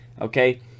okay